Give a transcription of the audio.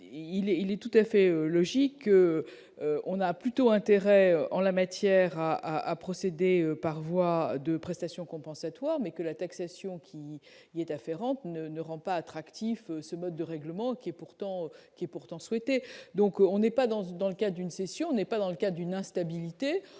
il est tout à fait logique, on a plutôt intérêt en la matière à à procéder par voie de prestation compensatoire, mais que la taxation qui y vient afférentes ne ne rend pas attractif ce mode de règlement qui est pourtant qui est pourtant souhaitée, donc on n'est pas dans ce, dans le cas d'une cession n'est pas dans le cas d'une instabilité